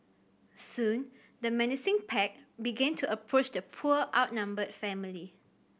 soon the menacing pack began to approach the poor outnumbered family